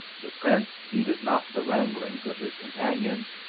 the prince heeded not the wranglings of his companions,